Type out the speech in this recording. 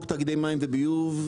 תאגידי מים וביוב,